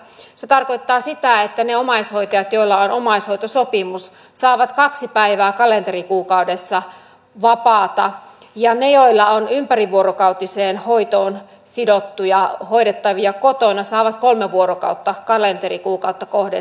se tarkoittaa sitä että ne omaishoitajat joilla on omaishoitosopimus saavat kaksi päivää kalenterikuukaudessa vapaata ja ne joilla on ympärivuorokautiseen hoitoon sidottuja hoidettavia kotona saavat kolme vuorokautta kalenterikuukautta kohden sitä vapaata